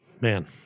man